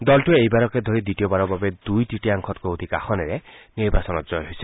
দলটোৱে এইবাৰকে ধৰি দ্বিতীয়বাৰৰ বাবে দুই তৃতীয়াংশতকৈ অধিক আসনেৰে নিৰ্বাচনত জয় হৈছে